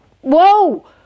whoa